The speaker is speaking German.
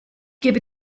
gebe